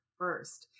first